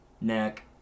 neck